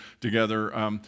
together